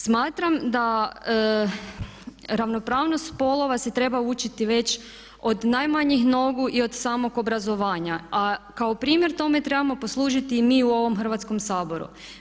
Smatram da ravnopravnost spolova se treba učiti već od najmanjih nogu i od samog obrazovanja a kao primjer tome trebamo poslužiti i mi u ovom Hrvatskom saboru.